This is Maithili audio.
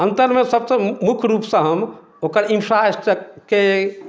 अन्तरमे सभसँ मुख्य रूपसँ हम ओकर इन्फ्रा स्ट्रक्चरके